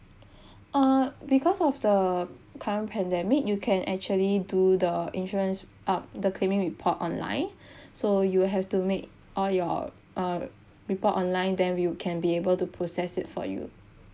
uh because of the current pandemic you can actually do the insurance ah the claiming report online so you have to make all your uh report online then we can be able to process it for you